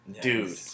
Dude